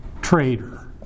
trader